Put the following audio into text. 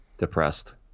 depressed